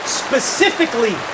specifically